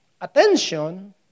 attention